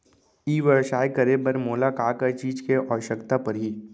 ई व्यवसाय करे बर मोला का का चीज के आवश्यकता परही?